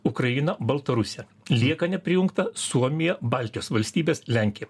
ukraina baltarusija lieka neprijungta suomija baltijos valstybės lenkija